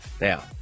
Now